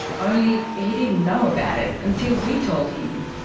only he didn't know about it until we told him.